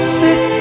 sit